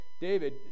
David